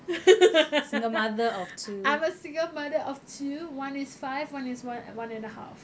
I'm a single mother of two one is five one is one one and a half